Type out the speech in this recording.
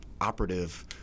operative